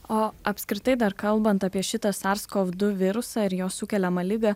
o apskritai dar kalbant apie šitą sarskov du virusą ir jo sukeliamą ligą